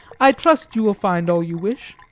i trust you will find all you wish.